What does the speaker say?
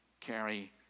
carry